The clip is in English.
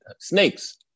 snakes